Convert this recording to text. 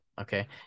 okay